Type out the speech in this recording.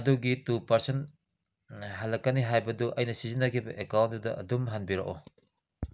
ꯑꯗꯨꯒꯤ two percent ꯍꯜꯂꯛꯀꯅꯤ ꯍꯥꯏꯕꯗꯨ ꯑꯩꯅ ꯁꯤꯖꯤꯟꯅꯈꯤꯕ ꯑꯦꯀꯥꯎꯟꯗꯨꯗ ꯑꯗꯨꯝ ꯍꯟꯕꯤꯔꯛꯑꯣ